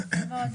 יפה מאוד.